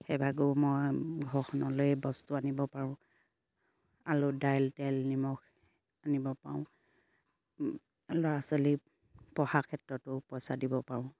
সেইভাগেও মই ঘৰখনলৈ বস্তু আনিব পাৰোঁ আলু দাইল তেল নিমখ আনিব পাৰোঁ ল'ৰা ছোৱালী পঢ়া ক্ষেত্ৰতো পইচা দিব পাৰোঁ